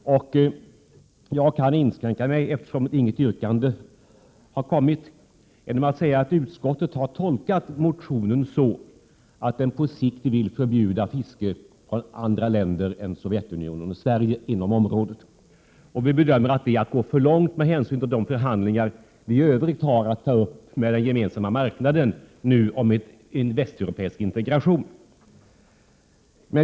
Eftersom det inte finns något yrkande kan jag inskränka mitt anförande och bara säga att utskottet har tolkat motionen på ett sådant sätt att den skulle innebära att man på sikt vill förbjuda fiskare från andra länder än Sovjetunionen och Sverige att fiska inom området. Vi bedömer att det är att gå för långt med hänsyn till de förhandlingar som vi i övrigt har att ta upp med den Gemensamma marknaden om en västeuropeisk integration.